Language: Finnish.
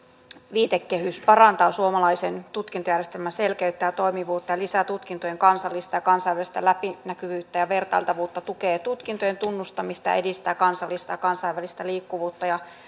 viitekehys parantaa suomalaisen tutkintojärjestelmän selkeyttä ja toimivuutta ja lisää tutkintojen kansallista ja kansainvälistä läpinäkyvyyttä ja vertailtavuutta tukee tutkintojen tunnustamista ja edistää kansallista ja kansainvälistä liikkuvuutta ja